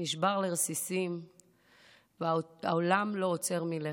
נשבר לרסיסים והעולם לא עוצר מלכת?